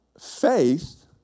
faith